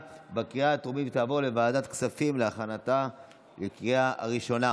לוועדת הכספים נתקבלה.